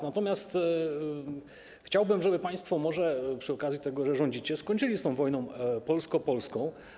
Natomiast chciałbym, żeby państwo przy okazji tego, że rządzicie, skończyli z tą wojną polsko-polską.